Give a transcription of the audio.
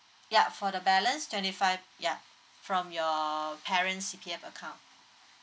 ya for the balance twenty five ya from your parents C_P_F account